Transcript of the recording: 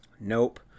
Nope